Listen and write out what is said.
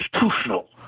institutional